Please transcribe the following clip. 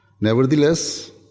Nevertheless